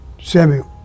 Samuel